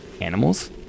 animals